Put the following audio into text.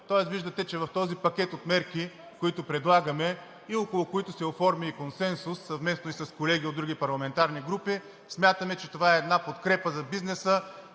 Тоест виждате, че в този пакет от мерки, които предлагаме и около които се оформи и консенсус, съвместно с колеги от други парламентарни групи. Смятаме, че това е една подкрепа за бизнеса